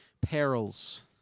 perils